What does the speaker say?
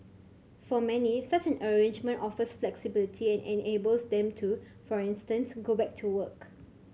for many such an arrangement offers flexibility and enables them to for instance go back to work